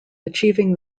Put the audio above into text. achieving